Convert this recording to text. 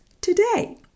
today